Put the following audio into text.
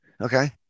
okay